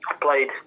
played